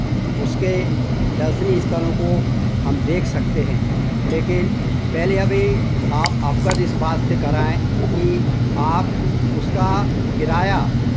उसके दर्शनीय स्थलों को हम देख सकते हैं लेकिन पहले अभी आप अवगत इस बात से कराएँ कि आप उसका किराया